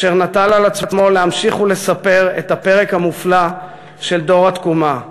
אשר נטל על עצמו להמשיך ולספר את הפרק המופלא של דור התקומה.